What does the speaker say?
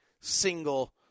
single